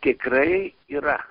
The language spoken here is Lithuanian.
tikrai yra